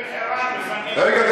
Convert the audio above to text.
אום-אלחיראן מפנים, רגע.